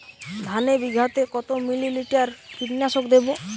ধানে বিঘাতে কত মিলি লিটার কীটনাশক দেবো?